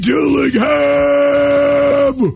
Dillingham